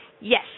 Yes